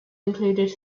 included